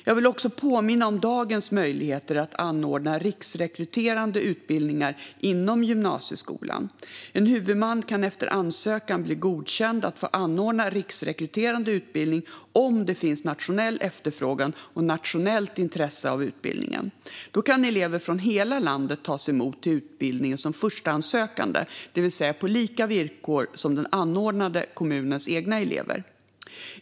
Jag vill också påminna om dagens möjligheter att anordna riksrekryterande utbildningar inom gymnasieskolan. En huvudman kan efter ansökan bli godkänd att få anordna riksrekryterande utbildning om det finns nationell efterfrågan och nationellt intresse av utbildningen. Då kan elever från hela landet tas emot till utbildningen som förstahandssökande, det vill säga på lika villkor som den anordnande kommunens egna elever.